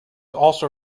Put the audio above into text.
also